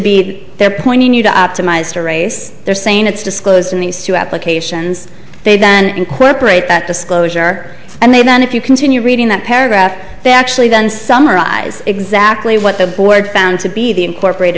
be there pointing you to optimize to race they're saying it's disclosed in these two applications they then incorporate that disclosure and they then if you continue reading that paragraph they actually then summarize exactly what the board found to be the incorporate